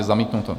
Zamítnuto.